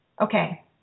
Okay